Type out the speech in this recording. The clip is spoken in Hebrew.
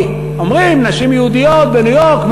כי אומרים: נשים יהודיות בניו-יורק,